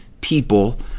people